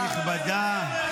-- כנסת נכבדה.